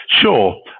Sure